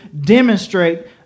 demonstrate